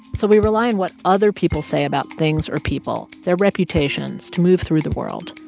so we rely on what other people say about things or people their reputations to move through the world,